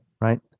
Right